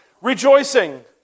Rejoicing